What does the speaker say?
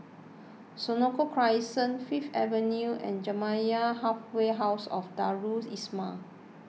Senoko Crescent Fifth Avenue and Jamiyah Halfway House Darul Islah